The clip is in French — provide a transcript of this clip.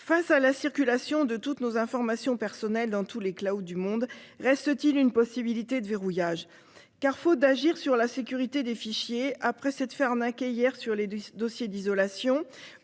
face à la circulation de toutes nos informations personnelles dans tout l'éclat ou du monde reste-t-il une possibilité de verrouillage car faut d'agir sur la sécurité des fichiers après s'être fait arnaquer hier sur les deux dossiers d'isolation